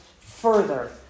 further